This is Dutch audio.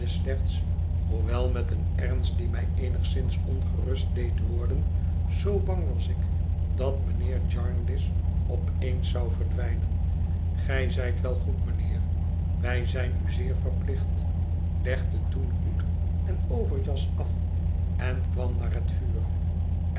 hoewel met een ernst die mij eenigszins ongerust deed worden zoo bang was ik dat mijnheer jarndyce op eens zou verdwijnen gij zijt wel goed mijnheer wij zijn u zeer verplicht legde toen hoed en overjas af en kwam naar het vuur